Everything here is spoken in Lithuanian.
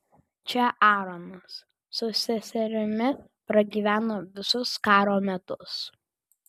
čia aaronas su seserimi pragyveno visus karo metus